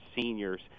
seniors